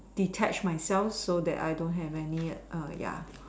detach myself so that I don't have any other